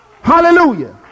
Hallelujah